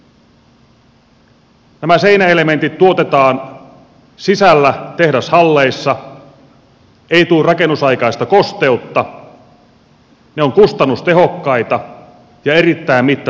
nämä seinäelementit tuotetaan sisällä tehdashalleissa ei tule rakennusaikaista kosteutta ne ovat kustannustehokkaita ja erittäin mittatarkkoja